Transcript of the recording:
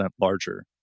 larger